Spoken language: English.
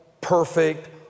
perfect